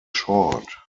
short